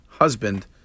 husband